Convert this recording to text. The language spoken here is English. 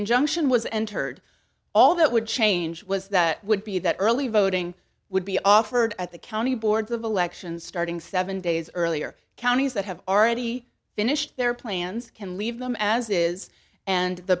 injunction was entered all that would change was that would be that early voting would be offered at the county boards of elections starting seven days earlier counties that have already finished their plans can leave them as is and the